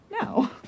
No